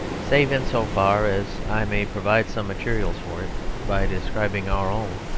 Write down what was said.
save in so far as i may provide some materials for it by describing our own.